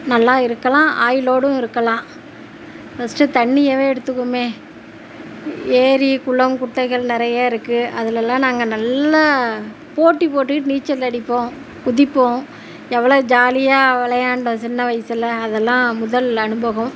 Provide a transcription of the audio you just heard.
நல்லா இருக்கலாம் ஆயுலோடும் இருக்கலாம் ஃபர்ஸ்ட்டு தண்ணியவே எடுத்துக்குமே ஏரி குளம் குட்டைகள் நிறைய இருக்கு அதுலலாம் நாங்கள் நல்ல போட்டி போட்டுகிட்டு நீச்சல் அடிப்போம் குதிப்போம் எவ்வளவு ஜாலியாக விளையாண்டோம் சின்ன வயசில் அதெல்லாம் முதல் அனுபவம்